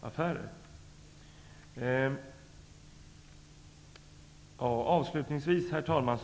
affär som affären Wasa-Bohusbanken utgör. Herr talman!